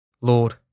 Lord